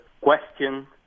question